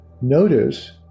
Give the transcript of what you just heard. notice